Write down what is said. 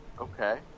Okay